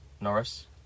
Norris